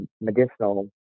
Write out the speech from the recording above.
medicinal